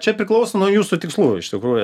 čia priklauso nuo jūsų tikslų iš tikrųjų